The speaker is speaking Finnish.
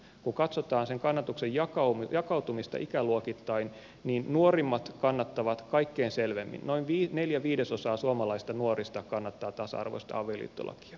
kun katsotaan sen kannatuksen jakautumista ikäluokittain niin nuorimmat kannattavat kaikkein selvimmin noin neljä viidesosaa suomalaisista nuorista kannattaa tasa arvoista avioliittolakia